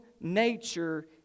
nature